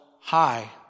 high